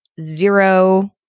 zero